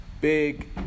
big